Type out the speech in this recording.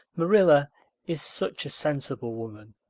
marilla is such a sensible woman.